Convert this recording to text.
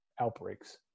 outbreaks